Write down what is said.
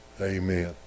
Amen